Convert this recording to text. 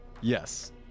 Yes